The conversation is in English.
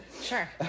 Sure